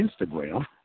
Instagram